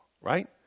right